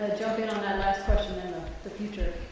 job in on that last question in the future.